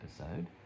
episode